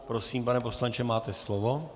Prosím, pane poslanče, máte slovo.